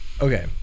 Okay